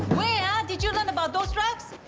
where did you learn about those drugs?